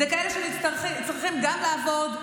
הם כאלה שצריכים גם לעבוד,